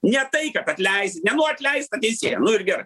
ne tai kad atleisi nenori atleist tą teisėją nu ir gerai